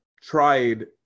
tried